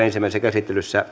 ensimmäisessä käsittelyssä